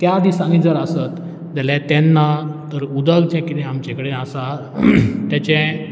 त्या दिसांनी जर आसत जाल्यार तेन्ना तर उदक जें कितें आमचें कडेन आसा तेचें वेवस्थापन